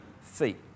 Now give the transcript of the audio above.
feet